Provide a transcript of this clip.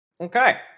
Okay